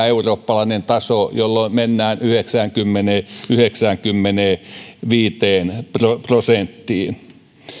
eurooppalainen taso jolloin mennään yhdeksäänkymmeneen viiva yhdeksäänkymmeneenviiteen prosenttiin